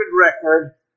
record